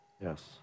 Yes